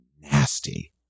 Nasty